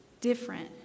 different